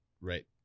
right